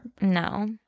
no